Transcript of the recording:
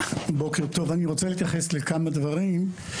אני רוצה להתייחס לכמה דברים.